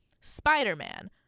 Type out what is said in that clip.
Spider-Man